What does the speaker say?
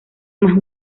más